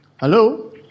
Hello